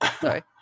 Sorry